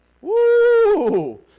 Woo